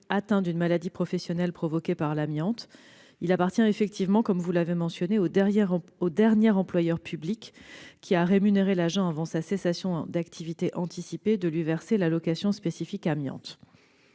atteints d'une maladie professionnelle provoquée par l'amiante, il appartient effectivement, comme vous l'avez mentionné, au dernier employeur public ayant rémunéré un agent avant sa cessation anticipée d'activité de lui verser l'allocation spécifique amiante.